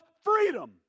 freedom